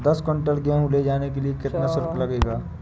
दस कुंटल गेहूँ ले जाने के लिए कितना शुल्क लगेगा?